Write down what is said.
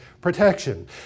protection